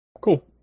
Cool